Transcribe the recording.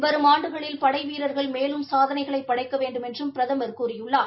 வரும் ஆண்டுகளில் படை வீரர்கள் மேலும் சாதனைகளை படைக்க வேண்டுமென்றும் பிரதமர் கூறியுள்ளார்